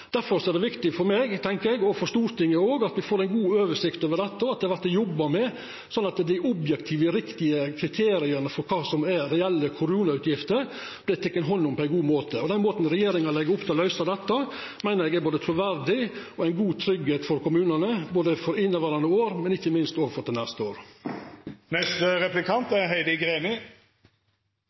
er det viktig for meg og for Stortinget å få god oversikt over dette, og at det vert jobba med, slik at kva som skal vera objektive og riktige kriterier for kva som er reelle koronautgifter, vert teke hand om på ein god måte. Den måten regjeringa legg opp til for å løysa dette, meiner eg er både truverdig og ein god tryggleik for kommunane både for inneverande år og ikkje minst for neste år. Det er